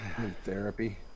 Therapy